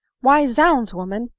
why, zounds, woman!